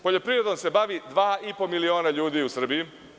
Poljoprivredom se bavi 2,5 miliona ljudi u Srbiji.